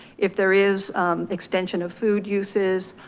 if there is extension of food uses,